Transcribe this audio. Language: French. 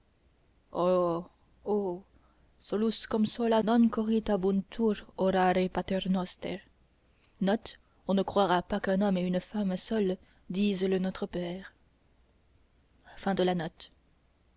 pas qu'un homme et une femme seuls disent le notre père